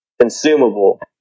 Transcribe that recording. consumable